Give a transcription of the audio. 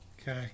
Okay